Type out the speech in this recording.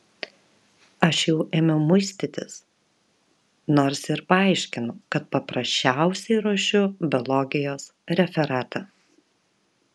aš jau ėmiau muistytis nors ir paaiškinau kad paprasčiausiai ruošiu biologijos referatą